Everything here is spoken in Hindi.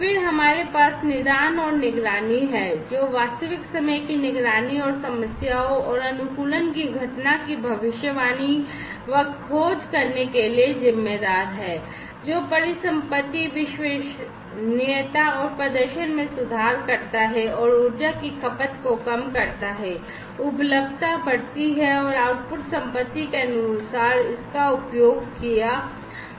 फिर हमारे पास निदान और निगरानी है जो वास्तविक समय की निगरानी और समस्याओं और अनुकूलन की घटना की भविष्यवाणी व खोज करने के लिए जिम्मेदार है जो परिसंपत्ति विश्वसनीयता और प्रदर्शन में सुधार करता है और ऊर्जा की खपत को कम करता है उपलब्धता बढ़ती है और आउटपुट संपत्ति के अनुसार इसका उपयोग किया जाता है